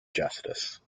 justice